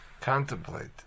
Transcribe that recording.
contemplate